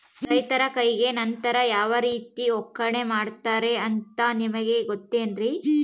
ರೈತರ ಕೈಗೆ ನಂತರ ಯಾವ ರೇತಿ ಒಕ್ಕಣೆ ಮಾಡ್ತಾರೆ ಅಂತ ನಿಮಗೆ ಗೊತ್ತೇನ್ರಿ?